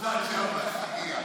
מזל שעבאס מגיע.